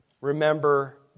Remember